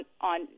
on